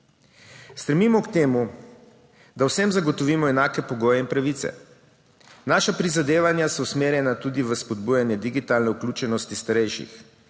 Stremimo k temu, da vsem zagotovimo enake pogoje in pravice. Naša prizadevanja so usmerjena tudi v spodbujanje digitalne vključenosti starejših.